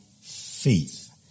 faith